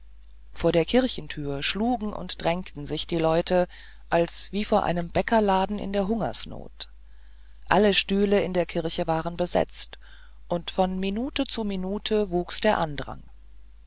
vor der kirchtüre schlugen und drängten sich die leute als wie vor einem bäckerladen in der hungersnot alle stühle in der kirche waren besetzt und von minute zu minute wuchs der andrang